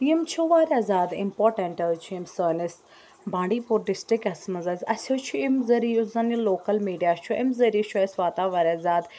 یِم چھِ واریاہ زیادٕ اِمپاٹٮ۪نٛٹ حظ چھِ یِم سٲنِس بانٛڈی پوٗر ڈِسٹِرٛکَس منٛز حظ اَسہِ حظ چھُ اَمہِ ذریعہِ یُس زَن یہِ لوکَل میٖڈیا چھُ اَمہِ ذٔریعہِ چھُ اَسہِ واتان واریاہ زیادٕ